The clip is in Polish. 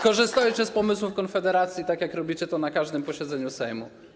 Korzystajcie z pomysłów Konfederacji, tak jak robicie to na każdym posiedzeniu Sejmu.